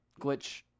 glitch